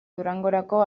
durangorako